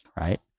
right